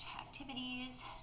activities